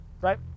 right